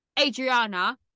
Adriana